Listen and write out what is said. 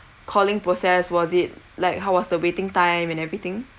calling process was it like how was the waiting time and everything